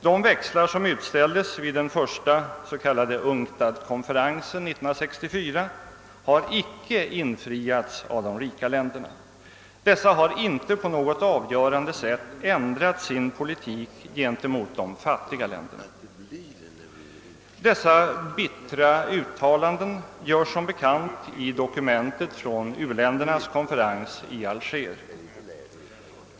De växlar som utställdes vid den första UNGTAD-konferensen år 1964 har icke infriats av de rika länderna; dessa har inte på något avgörande sätt ändrat sin politik gentemot de fattiga länderna. Dessa bittra uttalanden görs som bekant i dokumentet från u-ländernas konferens i Alger.